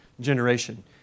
generation